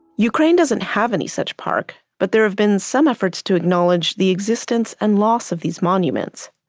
ukraine doesn't have any such park, but there have been some efforts to acknowledge the existence and loss of these monuments.